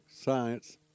science